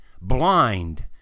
blind